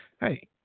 Hey